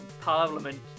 Parliament